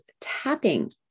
tapping